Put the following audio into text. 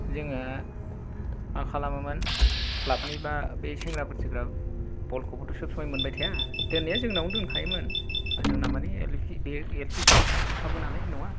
जोङो मा खालामोमोन क्लाब नि एबा बे सेंग्राफोर जोग्रा बल खौबोथ' सब समाय मोनबाय थाया दोननाया जोंनावनो दोनखायोमोन जोंना माने बे एल पि स्कुल खाथिखाबो नालाय न'आ